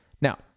Now